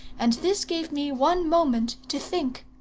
and this gave me one moment to think.